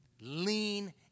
Lean